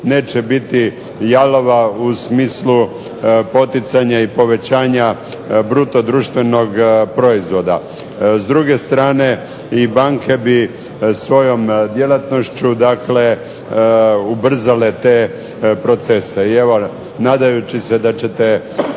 neće biti jalova u smislu poticanja i povećanja bruto-društvenog proizvoda. S druge strane i banke bi svojom djelatnošću ubrzale te procese i nadajući se da ćete